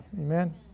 Amen